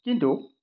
কিন্তু